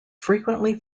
frequently